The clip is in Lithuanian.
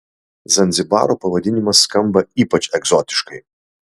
zanzibaro pavadinimas skamba ypač egzotiškai